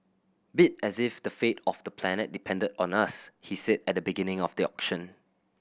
bid as if the fate of the planet depended on us he said at the beginning of the auction